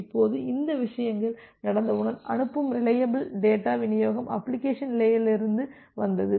இப்போது இந்த விஷயங்கள் நடந்தவுடன் அனுப்பும் ரிலையபில் டேட்டா விநியோகம் அப்ளிகேஷன் லேயரிலிருந்து வந்தது